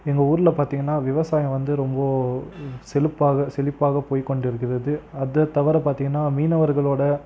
எங்கள் ஊரில் பார்த்திங்கன்னா விவசாயம் வந்து ரொம்ப செழுப்பாக செழிப்பாக போய் கொண்டிருக்கிறது அதைத் தவிர பார்த்திங்கன்னா மீனவர்களோடய